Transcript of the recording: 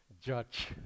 judge